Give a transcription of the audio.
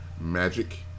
magic